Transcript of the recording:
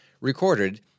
recorded